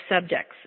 subjects